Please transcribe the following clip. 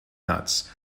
nuts